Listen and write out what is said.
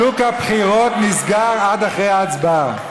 שוק הבחירות נסגר עד אחרי ההצבעה.